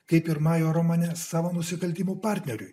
kaip pirmajame romane savo nusikaltimo partneriui